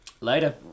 Later